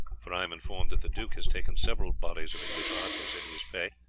for i am informed that the duke has taken several bodies of english archers into his pay,